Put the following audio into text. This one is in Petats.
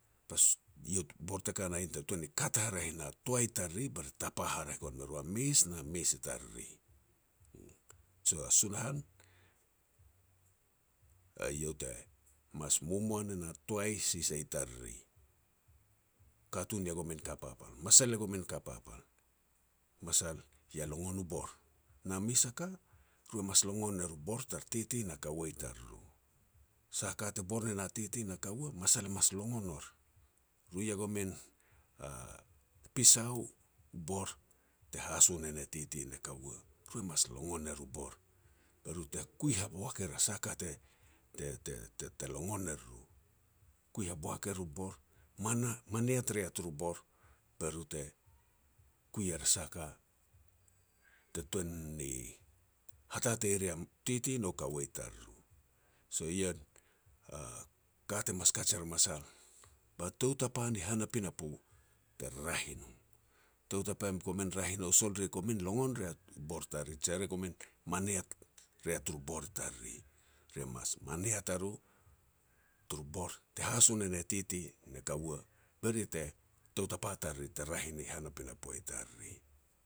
iau bor te ka na ien te tuan ni kat haraeh e na toai tariri be ri te tapa haraeh gon me ru a mes na mes i tiriri, uum. So a Sunahan eiau mas momoa ne na toai sisia i tariri. Katun ia gomin ka papal, masal ia gomin ka papal, masal ia longon u bor. Na mes a ka, ru e mas longon er u bor tar titi na kaua tariru, sah a ka te bor ne na titi na kaua, masal e mas longon or. Ru ia gomin pisau u bor te haso ne ne titi ne kaua, ru mas longon er u bor, be ru te kui haboak er a sah a ka te-te-te-te-te longon e ruru, kui haboak er u bor, maniat ria turu bor, be ru te kui er a sah a ka te tuan ni hatatei ria u titi nou kaua i tariru. So ien a ka te mas kat er a masal ba tou tapa ni han a pinapo te raeh i no. Tou tapa e komin raeh i nou sol ri komin longon ria bor tariru, je ri komin maniat ria turu bor tariri. Ri mas maniet a ro turu bor te haso nene titi ne kaua, be ri te, tou tapa tariri te raeh i no han a pinapo tariri